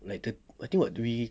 like thirty I think what we